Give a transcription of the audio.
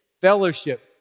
fellowship